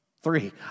Three